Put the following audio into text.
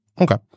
Okay